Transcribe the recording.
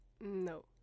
No